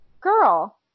girl